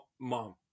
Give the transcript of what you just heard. mom